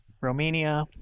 Romania